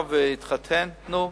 ועכשיו התחתן, נו,